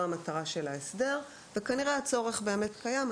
המטרה של ההסדר וכנראה הצורך באמת קיים.